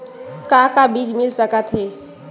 का का बीज मिल सकत हे?